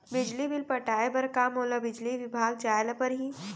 बिजली बिल पटाय बर का मोला बिजली विभाग जाय ल परही?